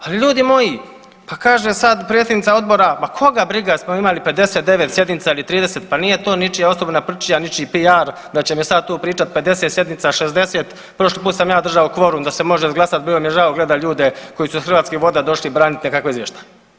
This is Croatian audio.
Ali ljudi moji, pa kaže sad predsjednica odbora ma koga briga jesmo imali 59 sjednica ili 30 pa nije to ničija osobna prčija, ničiji PR da ćemo tu sad pričat 50 sjednica, 60. prošli put sam ja držao kvorum da se može izglasat, bilo mi žao gledat ljude koji su iz Hrvatskih voda došli branit nekakav izvještaj.